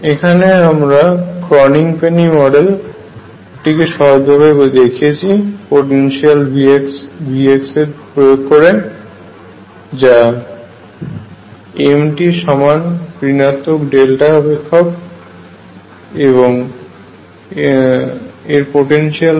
এখানে আমরা Kronig Penney model টিকে সহজ ভাবে দেখিয়েছি পোটেনশিয়াল V কে প্রয়োগ করে যা m টি সমান ঋণাত্মক ডেল্টা অপেক্ষক এর পোটেনশিয়াল হয়